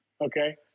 Okay